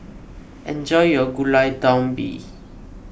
enjoy your Gulai Daun Ubi